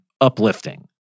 uplifting